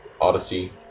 Odyssey